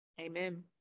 amen